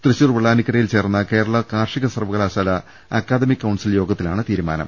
തൃശൂർ വെള്ളാ നിക്കരയിൽ ചേർന്ന കേരള കാർഷിക സർവ്വകലാശാല അക്കാദമിക് കൌൺസിൽ യോഗത്തിലാണ് തീരുമാനം